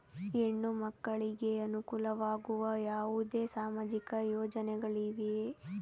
ಹೆಣ್ಣು ಮಕ್ಕಳಿಗೆ ಅನುಕೂಲವಾಗುವ ಯಾವುದೇ ಸಾಮಾಜಿಕ ಯೋಜನೆಗಳಿವೆಯೇ?